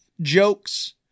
jokes